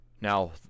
Now